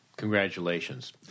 congratulations